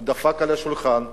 הוא דפק על השולחן והחליט.